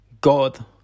God